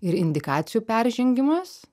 ir indikacijų peržengimas